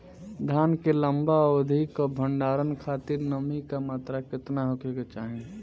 धान के लंबा अवधि क भंडारण खातिर नमी क मात्रा केतना होके के चाही?